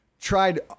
tried